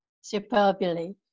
superbly